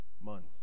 month